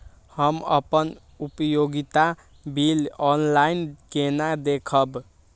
हम अपन उपयोगिता बिल ऑनलाइन केना देखब?